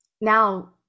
now